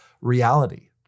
reality